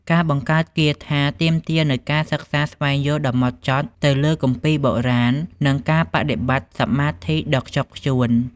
ការបង្កើតគាថាទាមទារនូវការសិក្សាស្វែងយល់ដ៏ម៉ត់ចត់ទៅលើគម្ពីរបុរាណ និងការបដិបត្តិសមាធិដ៏ខ្ជាប់ខ្ជួន។